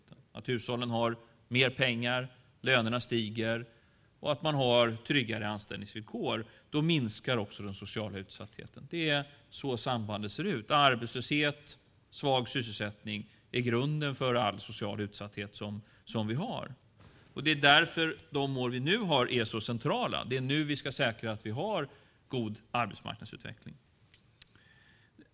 Vi kommer att se att hushållen har mer pengar, att lönerna stiger och att man har tryggare anställningsvillkor. Då minskar också den sociala utsattheten. Det är så sambandet ser ut. Arbetslöshet och svag sysselsättning är grunden för all social utsatthet som vi har. Det är därför de år som vi nu har är så centrala. Det är nu vi ska säkra att vi har god arbetsmarknadsutveckling.